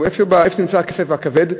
איפה שנמצא הכסף הכבד,